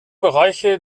bereiche